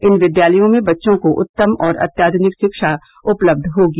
इन विद्यालयों में बच्चों को उत्तम और अत्याध्निक शिक्षा उपलब्ध होगी